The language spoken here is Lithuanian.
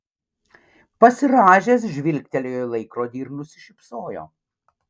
pasirąžęs žvilgtelėjo į laikrodį ir nusišypsojo